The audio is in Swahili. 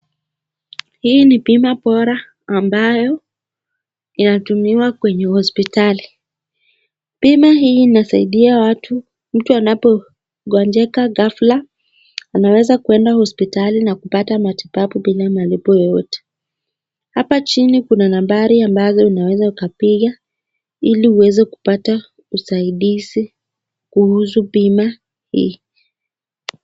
Hii ni bima Bora ambayo inatumiwa kwenye hospitali. Bima hii inasaidia watu, mtu anapo gonjeka gafla anaweza kenda hospitali na kupata matibu bila malipo yeyote .Hapo chin kina Nambari ambazo unaweza kupiga Ili update usaidizi kuhusu bima hii.